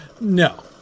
No